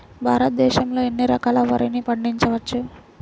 భారతదేశంలో ఎన్ని రకాల వరిని పండించవచ్చు